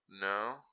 No